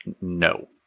No